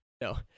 No